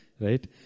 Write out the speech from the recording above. Right